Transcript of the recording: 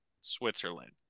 Switzerland